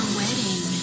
wedding